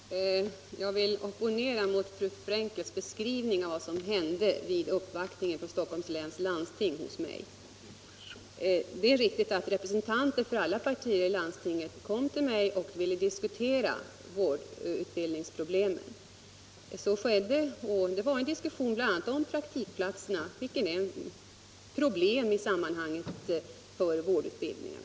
Herr talman! Jag vill opponera mig mot fru Frenkels beskrivning av vad som hände vid Stockholms läns landstings uppvaktning hos mig. Det är riktigt att representanter för alla partier kom till mig och ville diskutera vårdutbildningsproblemen. Vi hade en diskussion, bl.a. om praktikplatserna, vilka är ett problem när det gäller vårdutbildningen.